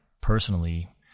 personally